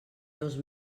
dos